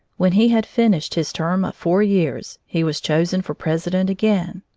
when he had finished his term of four years, he was chosen for president again.